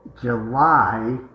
July